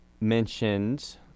mentioned